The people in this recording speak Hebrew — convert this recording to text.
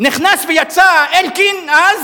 נכנס ויצא אלקין אז.